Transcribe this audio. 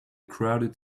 crowded